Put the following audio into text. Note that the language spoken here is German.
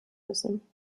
müssen